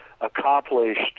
accomplished